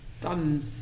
done